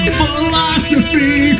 philosophy